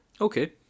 Okay